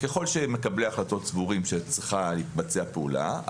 וככל שמקבלי ההחלטות סבורים שצריכה להתבצע פעולה,